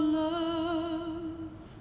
love